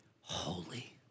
holy